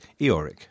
Eorik